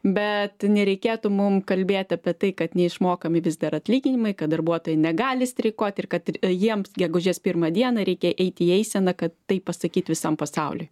bet nereikėtų mum kalbėt apie tai kad neišmokami vis dar atlyginimai kad darbuotojai negali streikuot ir kad ir jiems gegužės pirmą dieną reikia eit į eiseną kad tai pasakyt visam pasauliui